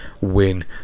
win